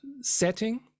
setting